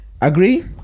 Agree